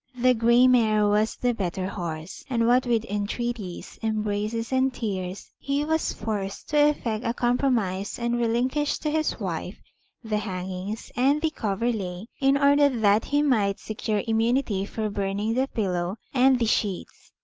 the gray mare was the better horse, and what with entreaties, embraces, and tears, he was forced to effect a compromise, and relinquish to his wife the hangings and the coverlet in order that he might secure immunity for burning the pillow and the sheets.